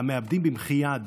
המאבדים במחי יד